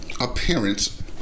appearance